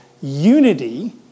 unity